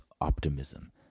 optimism